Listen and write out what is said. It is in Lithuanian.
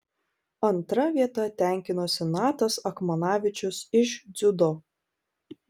antra vieta tenkinosi natas akmanavičius iš dziudo